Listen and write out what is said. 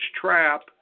trap